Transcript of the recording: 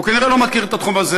הוא כנראה לא מכיר את התחום הזה,